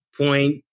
point